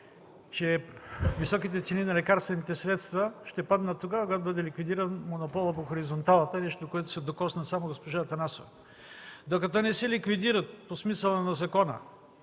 че високите цени на лекарствените средства ще паднат тогава, когато бъде ликвидиран монополът по хоризонталата, нещо, до което се докосна само госпожа Атанасова. Докато не се ликвидират по смисъла на закона